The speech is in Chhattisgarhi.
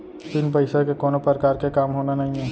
बिन पइसा के कोनो परकार के काम होना नइये